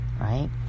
right